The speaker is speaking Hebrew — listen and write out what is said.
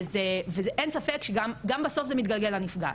ואין ספק שגם זה בסוף מתגלגל לנפגעת,